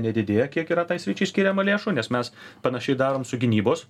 nedidėja kiek yra tai sričiai skiriama lėšų nes mes panašiai darom su gynybos